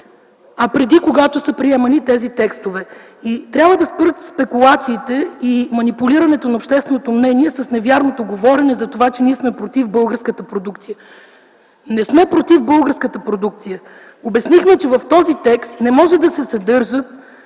а преди, когато са приемани тези текстове. И трябва да спрат спекулациите и манипулирането на общественото мнение с невярното говорене за това, че ние сме против българската продукция. Не сме против българската продукция. Обяснихме, че в този текст не може да се съдържат